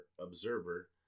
Observer